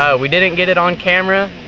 um we didn't get it on camera,